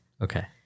Okay